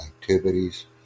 activities